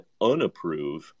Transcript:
unapprove